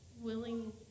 Willing